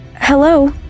Hello